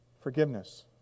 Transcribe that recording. Forgiveness